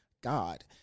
God